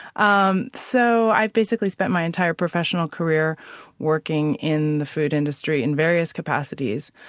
um so i've basically spent my entire professional career working in the food industry in various capacities.